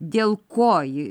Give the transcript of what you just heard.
dėl ko ji